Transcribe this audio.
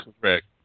correct